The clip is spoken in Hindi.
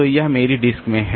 तो यह मेरी डिस्क में हैं